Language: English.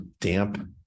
damp